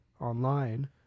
online